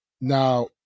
Now